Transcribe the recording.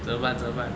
怎么办怎么办